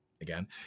again